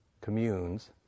communes